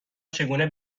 چگونه